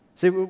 See